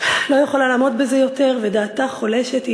לא יכולה לעמוד בזה יותר ודעתה חולשת.